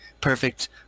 perfect